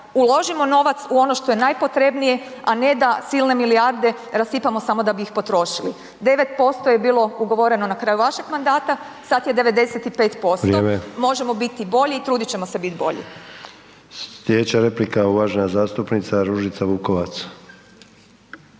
uložimo novac u ono što je najpotrebnije, a ne da silne milijarde rasipamo samo da bi ih potrošili. 9% je bilo ugovoreno na kraju vašeg mandata, sad je 95% možemo biti bolji i trudit ćemo se biti bolji. **Sanader, Ante (HDZ)** Sjedeća replika uvažena zastupnica Ružica Vukovac.